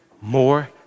more